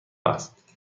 است